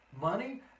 money